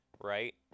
right